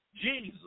Jesus